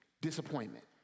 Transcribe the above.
disappointment